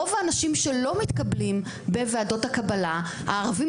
אתמול הוועדה ערכה דיון בהגדרה הזאת ועלו כמה נקודות.